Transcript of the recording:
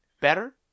better